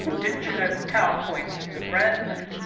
didn't you know powerpoint is a brand name?